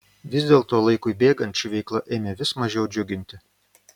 vis dėlto laikui bėgant ši veikla ėmė vis mažiau džiuginti